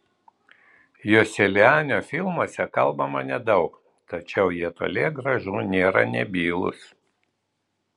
joselianio filmuose kalbama nedaug tačiau jie toli gražu nėra nebylūs